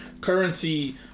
currency